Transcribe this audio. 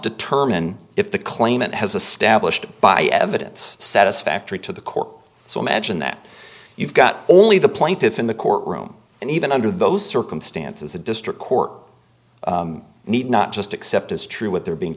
determine if the claimant has a stablished by evidence satisfactory to the court so imagine that you've got only the plaintiff in the courtroom and even under those circumstances the district court need not just accept as true what they're being